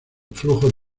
flujo